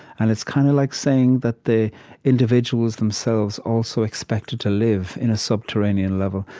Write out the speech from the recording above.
and it's kind of like saying that the individuals themselves also expected to live in a subterranean level.